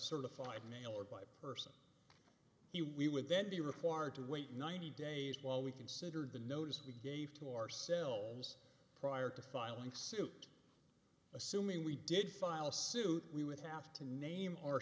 certified mail or by per he we would then be required to wait ninety days while we consider the notice we gave to ourselves prior to filing suit assuming we did file suit we would have to name